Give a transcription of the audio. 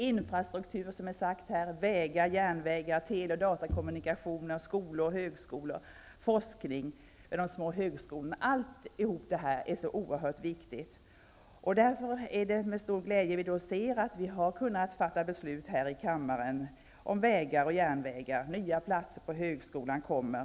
Infrastruktur som har nämnts här -- vägar, järnvägar, tele och datakommunikationer, skolor, högskolor, forskning vid de små högskolorna -- är något oerhört viktigt. Därför är det med stor glädje vi ser att det har varit möjligt att här i kammaren fatta beslut om vägar och järnvägar. Nya platser på högskolan kommer.